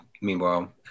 meanwhile